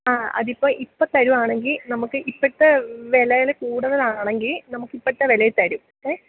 ആ അതിപ്പോൾ ഇപ്പോൾ തരുവാണെങ്കിൽ നമുക്ക് ഇപ്പോഴത്തെ വിലയിൽ കൂടുതലാണെങ്കിൽ നമുക്ക് ഇപ്പോഴത്തെ വില തരും ഏ